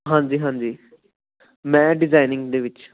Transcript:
ਹਾਂਜੀ ਹਾਂਜੀ ਮੈਂ ਡਿਜ਼ਾਈਨਿੰਗ ਦੇ ਵਿੱਚ